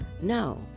No